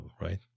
right